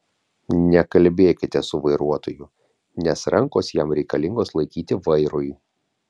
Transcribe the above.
nekalbėkite su vairuotoju nes rankos jam reikalingos laikyti vairui